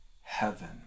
heaven